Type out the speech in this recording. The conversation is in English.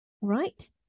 Right